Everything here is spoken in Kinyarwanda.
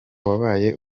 wabaye